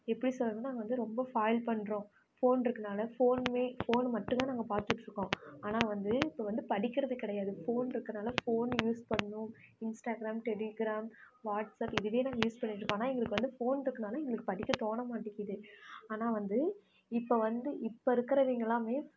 எப்படி சொல்லுறதுனா நாங்கள் வந்து ரொம்ப ஃபாயில் பண்ணுறோம் ஃபோன் இருக்கனால் ஃபோன் ஃபோன் மட்டும் தான் நாங்கள் பார்த்துட்டு இருக்கோம் ஆனால் வந்து இப்போ வந்து படிக்கிறது கிடையாது ஃபோன் இருக்கனால் ஃபோன் யூஸ் பண்ணணும் இன்ஸ்டாகிராம் டெலிகிராம் வாட்ஸ்அப் இதுவே நாங்கள் யூஸ் பண்ணிகிட்டு இருக்கோம் ஆனால் எங்களுக்கு வந்து ஃபோன் இருக்கிறனால எங்களுக்கு படிக்க தோன மட்டுக்கிது ஆனால் வந்து இப்போ வந்து இப்போ இருக்கிறவிங்களாம்